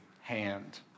hand